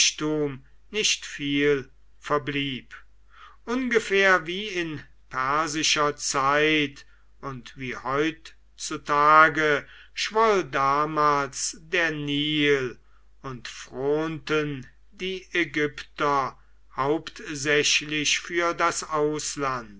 nicht viel verblieb ungefähr wie in persischer zeit und wie heutzutage schwoll damals der nil und fronten die ägypter hauptsächlich für das ausland